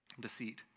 Deceit